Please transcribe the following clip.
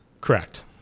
Correct